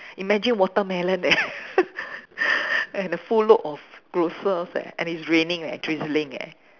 imagine watermelon eh and a full load of grocers eh and it's raining eh drizzling eh